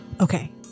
Okay